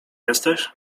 jesteś